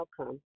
outcome